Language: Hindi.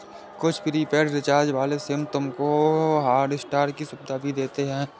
कुछ प्रीपेड रिचार्ज वाले सिम तुमको हॉटस्टार की सुविधा भी देते हैं